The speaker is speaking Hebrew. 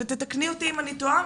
ותתקני אותי אם אני טועה.